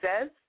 says